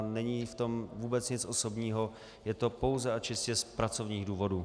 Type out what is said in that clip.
Není v tom vůbec nic osobního, je to pouze a čistě z pracovních důvodů.